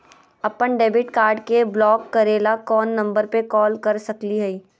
अपन debit card के block करे ला कौन नंबर पे कॉल कर सकली हई?